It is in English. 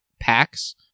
packs